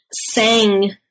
sang